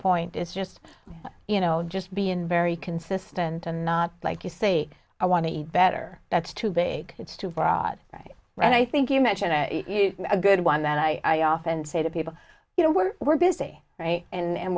point is just you know just being very consistent and not like you say i want to eat better that's too big it's too broad right and i think you mentioned a good one that i often say to people you know we're we're busy